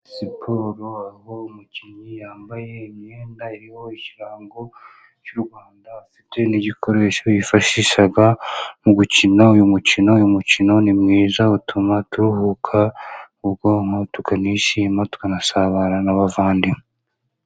Siporo aho umukinnyi yambaye imyenda iriho ikirango cy'u Rwanda, afite n'igikoresho yifashisha mu gukina uyu mukino uyu umukino ni mwiza utuma turuhuka ubwonko tukanishima tunasabana n'abavandimwe.